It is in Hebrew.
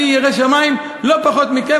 אני ירא שמים לא פחות מכם,